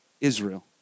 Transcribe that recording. Israel